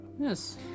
Yes